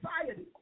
society